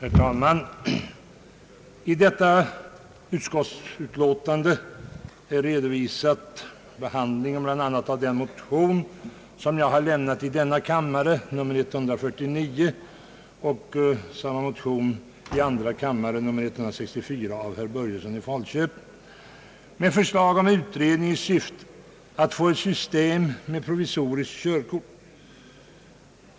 Herr talman! I detta utskottsutlåtande redovisas bl.a. behandlingen av motionerna I: 149, som jag har avlämnat, och II:164 av herr Börjesson i Falköping m.fl. med förslag om utredning i syfte att få ett system med provisoriska körkort.